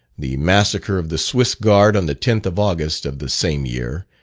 the massacre of the swiss guard on the tenth of august of the same year,